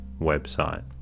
website